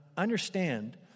understand